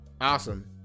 Awesome